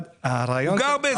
הוא גר באיזה שהוא מקום.